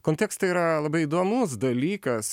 kontekstai yra labai įdomus dalykas